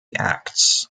acts